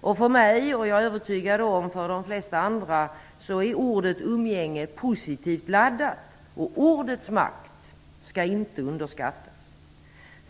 För mig, och för de flesta andra, är ordet umgänge positivt laddat, och ordets makt skall inte underskattas.